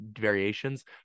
variations